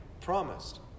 promised